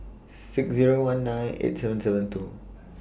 six Zero one nine eight seven seven two